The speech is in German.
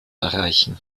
erreichen